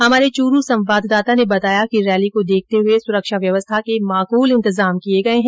हमारे चूरू संवाददाता ने बताया कि रैली को देखते हुए सुरक्षा व्यवस्था के माकुल इंतजाम किये गये है